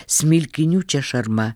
smilkinių čia šarma